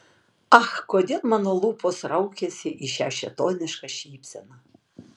ak kodėl mano lūpos raukiasi į šią šėtonišką šypseną